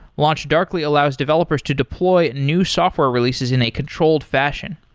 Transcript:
launchdarkly allows developers to deploy new software releases in a controlled fashion.